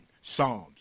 Psalms